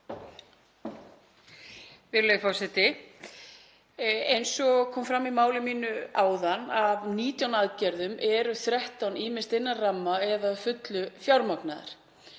Virðulegi forseti. Eins og kom fram í máli mínu áðan: Af 19 aðgerðum eru 13 ýmist innan ramma eða að fullu fjármagnaðar.